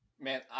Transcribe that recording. Man